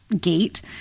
gate